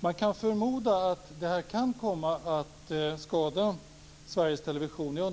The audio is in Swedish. Man kan förmoda att detta kan komma att skada Sveriges Television.